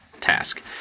task